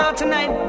tonight